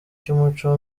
cy’umuco